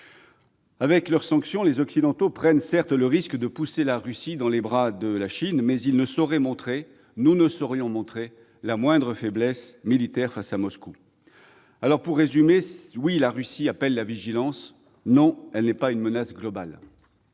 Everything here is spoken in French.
Avec leurs sanctions, les Occidentaux prennent le risque de pousser la Russie dans les bras de la Chine, mais nous ne saurions montrer la moindre faiblesse militaire face à Moscou. Pour résumer, oui, la Russie appelle la vigilance ; non, elle n'est pas une menace globale.